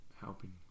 helping